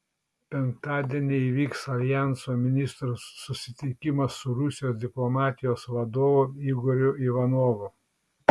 penktadienį įvyks aljanso ministrų susitikimas su rusijos diplomatijos vadovu igoriu ivanovu